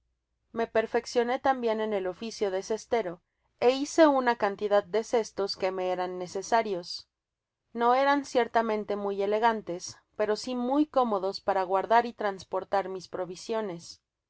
me perfeccioné tambien en el oficio de cestero e hice una cantidad de cestos que me eran necesarios no eran ciertamente muy elegantes pero si muy cómodos para guardar y transportar mis provisiones